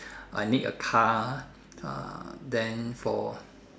I need a car ah then for